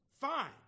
fine